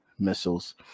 missiles